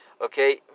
Okay